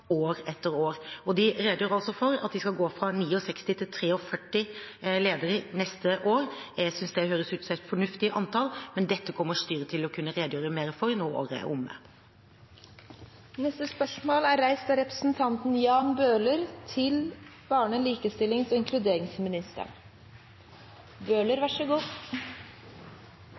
år etter år. De redegjør altså for at de skal gå fra 69 til 43 ledere neste år. Jeg synes det høres ut som et fornuftig antall. Men dette kommer styret til å kunne redegjøre mer for når året er omme. Jeg tillater meg å stille følgende spørsmål til barne-, likestillings- og inkluderingsministeren: